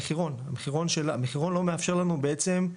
המחירון לא מאפשר לנו בעצם,